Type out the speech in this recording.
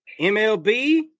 MLB